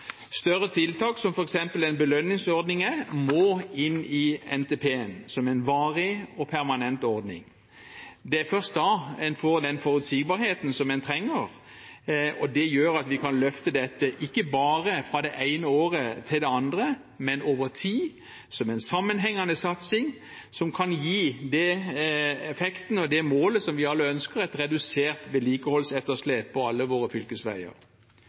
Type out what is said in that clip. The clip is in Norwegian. Større tiltak, som det f.eks. en belønningsordning er, må inn i NTP som en varig og permanent ordning. Det er først da en får den forutsigbarheten en trenger, og det gjør at vi kan løfte dette, ikke bare fra det ene året til det andre, men over tid, som en sammenhengende satsing som kan gi den effekten og det målet vi alle ønsker: et redusert vedlikeholdsetterslep på alle våre fylkesveier.